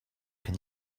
can